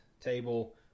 table